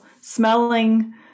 smelling